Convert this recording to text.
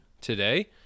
today